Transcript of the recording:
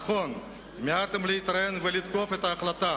נכון, מיהרתם להתראיין ולתקוף את ההחלטה,